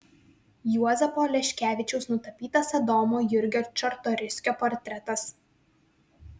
juozapo oleškevičiaus nutapytas adomo jurgio čartoriskio portretas